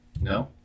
No